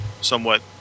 somewhat